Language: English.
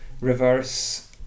reverse